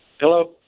Hello